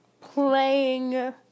Playing